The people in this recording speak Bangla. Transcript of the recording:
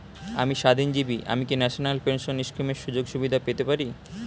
আমি স্বাধীনজীবী আমি কি ন্যাশনাল পেনশন স্কিমের সুযোগ সুবিধা পেতে পারি?